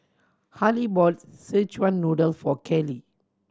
Halle bought Szechuan Noodle for Kelley